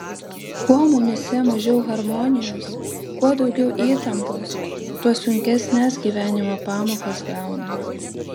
kuo mumyse mažiau harmonijos kuo daugiau įtampos tuo sunkesnes gyvenimo pamokas gauname